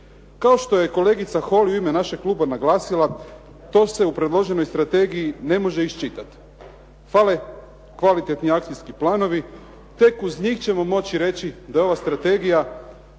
Kao što je kolegica Holy u ime našeg kluba naglasila, to se u predloženoj strategiji ne može iščitati. Fale kvalitetni akcijski planovi. Tek uz njih ćemo moći reći da je ova strategija